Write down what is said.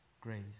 grace